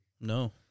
No